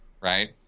right